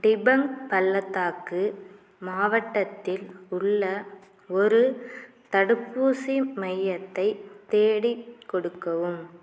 டிபங் பள்ளத்தாக்கு மாவட்டத்தில் உள்ள ஒரு தடுப்பூசி மையத்தை தேடிக் கொடுக்கவும்